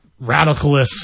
radicalists